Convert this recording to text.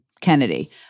Kennedy